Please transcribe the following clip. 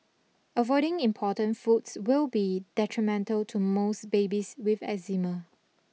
avoiding important foods will be detrimental to most babies with eczema